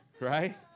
Right